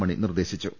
മണി നിർദേശിച്ചു